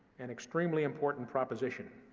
an extremely important proposition.